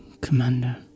Commander